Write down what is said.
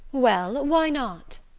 well, why not?